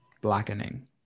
Blackening